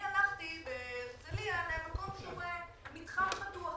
הלכתי בהרצליה למקום שהוא מתחם פתוח,